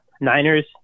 Niners